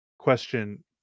question